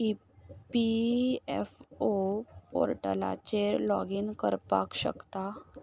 E P F O पोर्टलाचेर login करपाक शकता